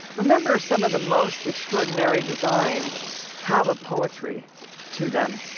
remember, some of the most extraordinary designs have a poetry to them.